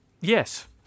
yes